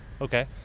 Okay